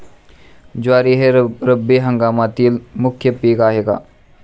ज्वारी हे रब्बी हंगामातील मुख्य पीक आहे का?